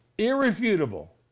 irrefutable